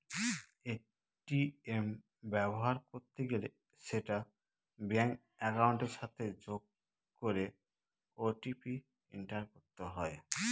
ATM ব্যবহার করতে গেলে সেটা ব্যাঙ্ক একাউন্টের সাথে যোগ করে ও.টি.পি এন্টার করতে হয়